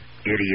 idiot